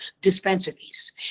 dispensaries